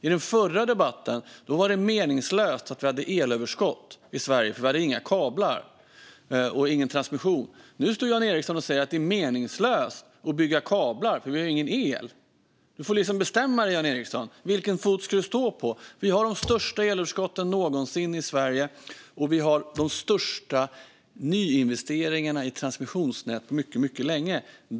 I den förra debatten var det meningslöst att vi hade elöverskott i Sverige eftersom vi inte hade några kablar och ingen transmission. Nu står Jan Ericson och säger att det är meningslöst att bygga för nya kablar eftersom vi inte har någon el. Du får bestämma dig, Jan Ericson. Vilken fot ska du stå på? Vi har de största elöverskotten någonsin i Sverige. Och vi har de största nyinvesteringarna i transmissionsnät på mycket länge.